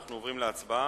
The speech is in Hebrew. אנחנו עוברים להצבעה